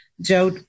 Joe